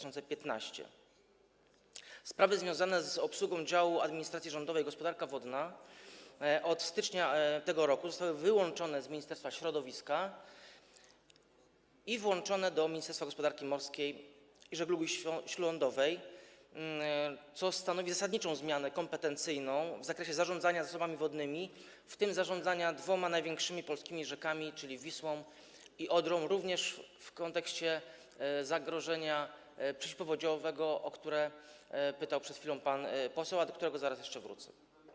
Sprawy związane z obsługą działu administracji rządowej gospodarka wodna od stycznia tego roku zostały wyłączone z Ministerstwa Środowiska i włączone do Ministerstwa Gospodarki Morskiej i Żeglugi Śródlądowej, co stanowi zasadniczą zmianę kompetencyjną w zakresie zarządzania zasobami wodnymi, w tym zarządzania dwoma największymi polskimi rzekami, czyli Wisłą i Odrą, również w kontekście zagrożenia przeciwpowodziowego, o które pytał przed chwilą pan poseł, a do którego zaraz jeszcze wrócę.